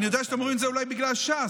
אני יודע שאתם אומרים את זה אולי בגלל ש"ס,